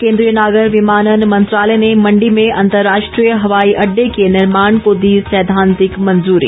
केंद्रीय नागर विमानन मंत्रालय ने मंडी में अंतर्राष्ट्रीय हवाई अड्डे के निर्माण को दी सैद्धांतिक मंजूरी